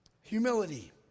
Humility